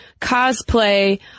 cosplay